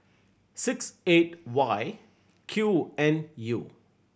six eight Y Q N U